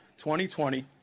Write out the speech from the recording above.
2020